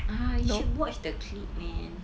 ah you should watch the clip man